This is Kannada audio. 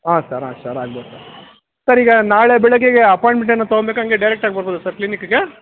ಹಾಂ ಸರ್ ಹಾಂ ಸರ್ ಆಗ್ಬೋದು ಸರ್ ಸರ್ ಈಗ ನಾಳೆ ಬೆಳಗ್ಗೆಗೆ ಅಪಾಯಿಂಟ್ಮೆಂಟ್ ಏನಾದರು ತಗೋಬೇಕಾ ಹಂಗೆ ಡೈರೆಕ್ಟ್ ಆಗಿ ಬರ್ಬೋದ ಸರ್ ಕ್ಲಿನಿಕ್ಕಿಗೆ